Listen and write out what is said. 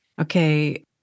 okay